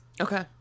Okay